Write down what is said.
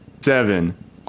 Seven